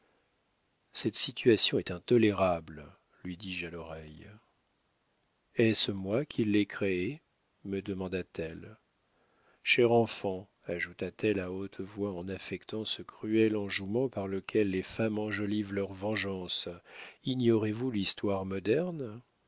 cette situation est intolérable lui dis-je à l'oreille est-ce moi qui l'ai créée me demanda-t-elle cher enfant ajouta-t-elle à haute voix en affectant ce cruel enjouement par lequel les femmes enjolivent leurs vengeances ignorez-vous l'histoire moderne